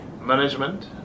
management